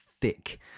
thick